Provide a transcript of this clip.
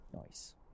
Nice